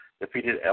defeated